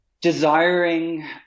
desiring